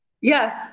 Yes